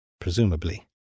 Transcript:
presumably